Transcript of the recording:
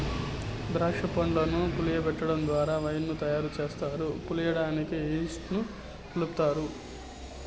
దాక్ష పండ్లను పులియబెటడం ద్వారా వైన్ ను తయారు చేస్తారు, పులియడానికి ఈస్ట్ ను కలుపుతారు